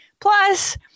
Plus